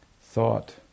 thought